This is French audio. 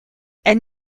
elles